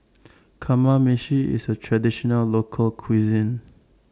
Kamameshi IS A Traditional Local Cuisine